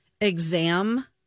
exam